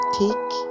take